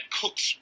cooks